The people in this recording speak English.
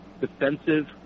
defensive